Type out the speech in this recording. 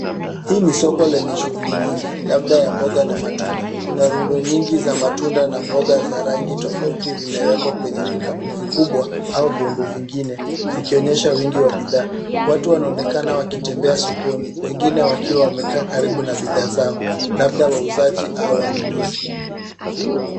Hii ni soko lenye shuguli nyingi, labda ya mboga na matunda. Kuna rundo nyingi za matunda na mboga za rangi tofauti vimewekwa kwenye vikapu vikubwa au vyombo vingine zikionyesha wingi wa bidhaa. Watu wanaonekana wakitembea sokoni, wengine wakiwa wamekaa karibu na bidhaa zao labda wauzaji au wanunuzi.